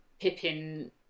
pippin